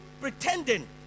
pretending